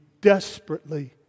desperately